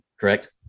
correct